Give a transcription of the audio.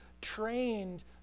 trained